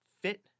fit